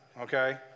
okay